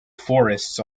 forests